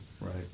Right